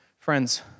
Friends